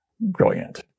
brilliant